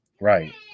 Right